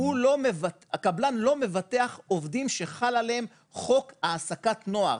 הקבלן לא מבטח עובדים שחל עליהם חוק העסקת נוער.